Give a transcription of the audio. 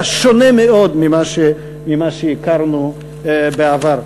היה שונה מאוד ממה שהכרנו בעבר.